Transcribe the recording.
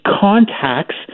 contacts